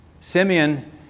Simeon